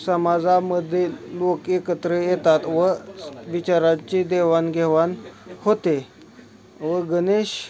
समाजामध्ये लोक एकत्र येतात व स् विचारांची देवाणघेवाण होते व गणेश